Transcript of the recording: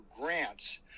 grants